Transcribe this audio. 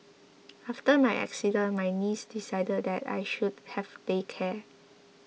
after my accident my niece decided that I should have day care